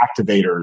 activators